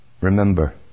Remember